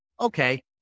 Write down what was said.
okay